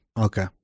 Okay